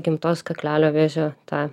gimtos kaklelio vėžio tą